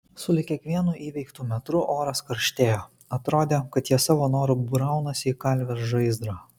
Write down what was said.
sulig kiekvienu įveiktu metru oras karštėjo atrodė kad jie savo noru braunasi į kalvės žaizdrą